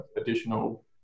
additional